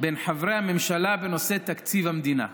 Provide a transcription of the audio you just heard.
ביניהם בנושא תקציב המדינה.